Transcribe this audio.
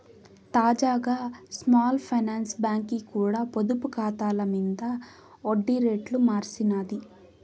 తాజాగా small finance బాంకీ కూడా పొదుపు కాతాల మింద ఒడ్డి రేట్లు మార్సినాది